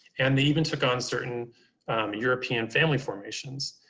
and they even took on certain european family formations.